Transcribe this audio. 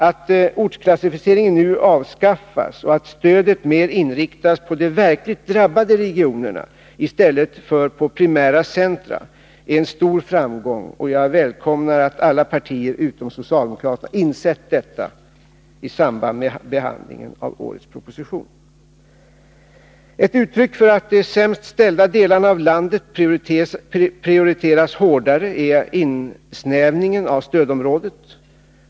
Att ortsklassificeringen nu avskaffas och att stödet mer inriktas på de verkligt drabbade regionerna i stället för på primära centra är en stor framgång, och jag välkomnar att alla partier utom socialdemokratin insett detta i samband med behandlingen av årets proposition. Ett uttryck för att de sämst ställda delarna av landet prioriteras hårdare är insnävningen av stödområdet.